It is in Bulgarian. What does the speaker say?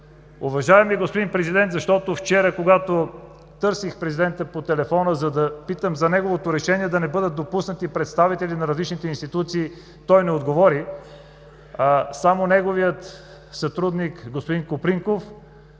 Уважаеми господин Президент! Вчера, когато търсих президента по телефона, за да питам за неговото решение да не бъдат допуснати представители на различните институции, той не отговори. Неговият сътрудник – господин Копринков,